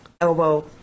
elbow